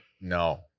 No